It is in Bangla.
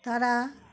তারা